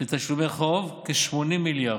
לתשלומי חוב, כ-80 מיליארד.